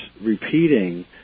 repeating